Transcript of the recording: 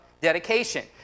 dedication